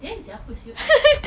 dan siapa [siol]